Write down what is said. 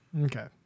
Okay